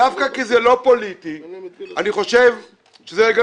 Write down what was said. דווקא כי זה לא פוליטי אני חושב שזה גם